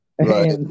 Right